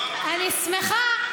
אני שמחה,